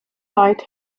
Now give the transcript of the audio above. light